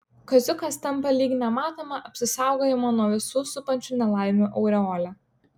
kaziukas tampa lyg nematoma apsisaugojimo nuo visų supančių nelaimių aureole